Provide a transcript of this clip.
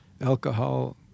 Alcohol